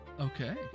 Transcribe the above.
Okay